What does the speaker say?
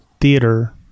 theater